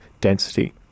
density